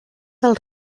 del